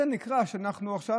זה נקרא שאנחנו עכשיו,